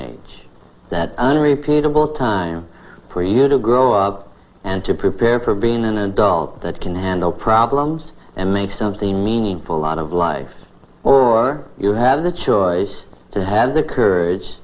age that unrepeatable time for you to grow up and to prepare for being an adult that can handle problems and make something meaningful a lot of lives or you have the choice to have the courage